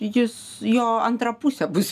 jis jo antra pusė bus